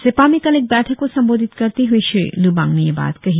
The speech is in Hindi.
सेप्पा में कल एक बैठक को संबोधित करते हए श्री लिबांग ने यह बात कही